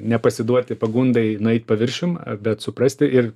nepasiduoti pagundai nueit paviršium bet suprasti ir